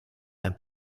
ein